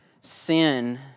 sin